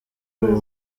uyu